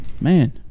man